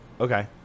okay